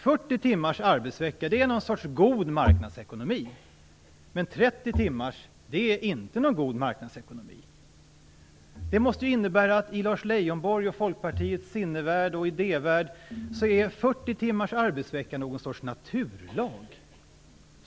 40 timmars arbetsvecka är någon sorts god marknadsekonomi, men 30 timmars arbetsvecka är inte god marknadsekonomi. Det måste innebära att 40 timmars arbetsvecka är någon sorts naturlag i Lars Leijonborgs och Folkpartiets sinnevärld och idévärld.